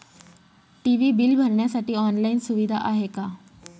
TV bill भरण्यासाठी online सुविधा आहे का?